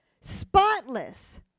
spotless